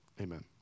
Amen